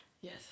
Yes